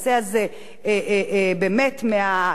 מהליבה של הנושאים שהם עוסקים בהם,